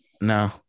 No